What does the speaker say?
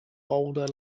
boulder